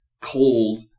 cold